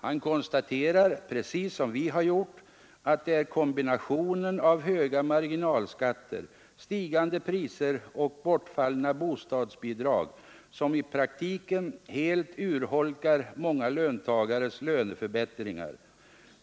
Han konstaterar, precis som vi har gjort, att det är kombinationen av höga marginalskatter, stigande priser och bortfallna bostadsbidrag som i praktiken helt urholkar många löntagares löneförbättringar.